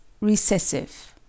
recessive